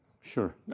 Sure